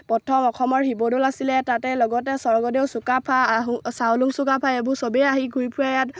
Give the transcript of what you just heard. প্ৰথম অসমৰ শিৱদৌল আছিলে তাতে লগতে স্বৰ্গদেউ চুকাফা আহোঁ চাউলুং চুকাফা এইবোৰ চবেই আহি ঘূৰি ফুৰি ইয়াত